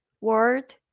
word